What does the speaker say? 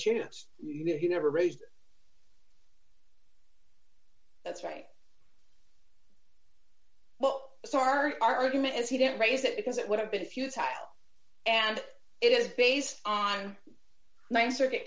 chance you know he never raised that's right well sorry argument as he didn't raise it because it would have been a few tile and it is based on one circuit